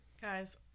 Guys